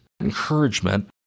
encouragement